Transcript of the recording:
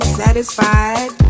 satisfied